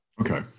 Okay